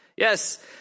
Yes